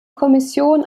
kommission